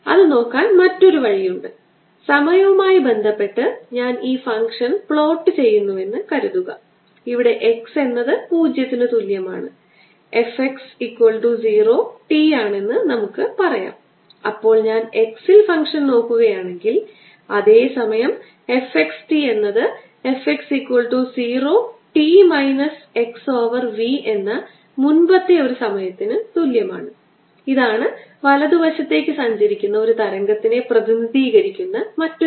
അതിനാൽ E dot ds charge ചെയ്യുന്നതിന് തുല്യമാണ് അത് പൈ ആകാൻ പോകുന്നു ഇത് ദൂരം r പൈ r 1 സ്ക്വാർ ഞാൻ സിലിണ്ടർ ഉപരിതലത്തിന്റെ നീളമോ ഉയരമോ എടുത്താൽ 1 കൊണ്ട് ഹരിക്കാം എപ്സിലോൺ 0 തവണ rho